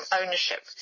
ownership